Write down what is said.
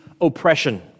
oppression